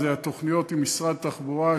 אלה התוכניות עם משרד התחבורה,